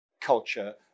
culture